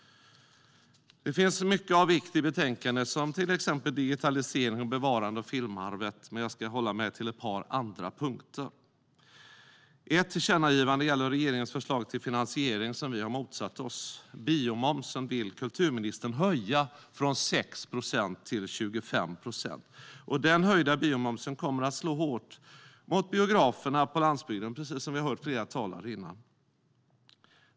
Det finns mycket av vikt i betänkandet, till exempel digitalisering och bevarande av filmarvet, men jag ska hålla mig till ett par andra punkter. Ett föreslaget tillkännagivande gäller regeringens förslag till finansiering, vilket vi har motsatt oss. Kulturministern vill höja biomomsen från 6 procent till 25 procent. Den höjda biomomsen kommer att slå hårt mot biograferna på landsbygden, precis som vi hört flera tidigare talare nämna.